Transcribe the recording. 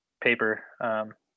paper